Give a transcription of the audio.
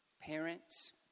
parents